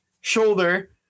shoulder